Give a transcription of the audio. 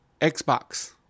Xbox